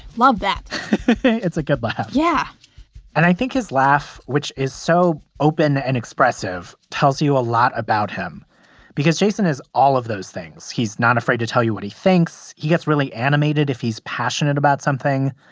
love that it's a good laugh yeah and i think his laugh, which is so open and expressive, tells you a lot about him because jason is all of those things. he's not afraid to tell you what he thinks. he gets really animated if he's passionate about something,